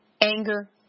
anger